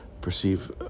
perceive